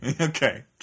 Okay